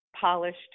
polished